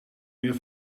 weer